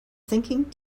thinking